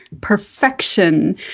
perfection